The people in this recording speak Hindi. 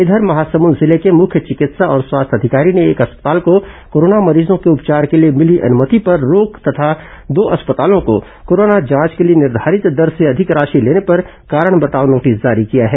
इधर महासमुंद जिले के मुख्य चिकित्सा और स्वास्थ्य अधिकारी ने एक अस्पताल को कोरोना मरीजों के उपचार के लिए मिली अनुमति पर रोक तथा दो अस्पतालों को कोरोना जांच के लिए निर्घारित दर से अधिक राशि लेने पर कारण बताओ नोटिस जारी किया है